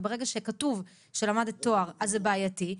וברגע שכתוב שלמדת תואר אז זה בעייתי,